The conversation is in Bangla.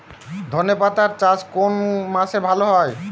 ধনেপাতার চাষ কোন মাসে ভালো হয়?